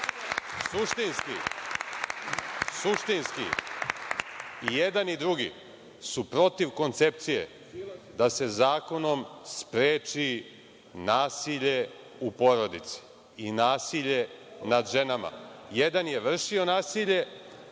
zato što su i jedan i drugi suštinski su protiv koncepcije da se zakonom spreči nasilje u porodici i nasilje nad ženama. Jedan je vršio nasilje,